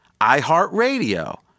iHeartRadio